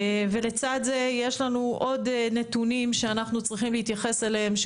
לצד זה יש לנו עוד נתונים שאנחנו צריכים להתייחס אליהם,